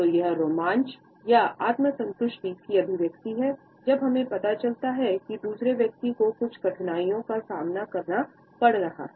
तो यह रोमांच या आत्म संतुष्टि की अभिव्यक्ति है जब हमें पता चलता है कि दूसरे व्यक्ति को कुछ कठिनाइयों का सामना करना पड़ रहा है